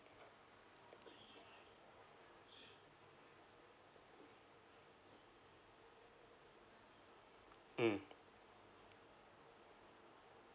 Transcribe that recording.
mm